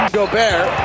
gobert